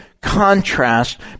contrast